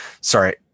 Sorry